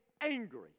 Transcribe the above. angry